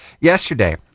yesterday